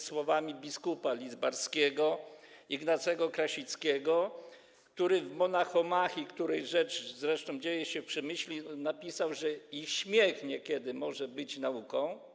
słowami biskupa lidzbarskiego Ignacego Krasickiego, który w „Monachomachii”, której akcja zresztą dzieje się w Przemyślu, napisał: „I śmiech niekiedy może być nauką,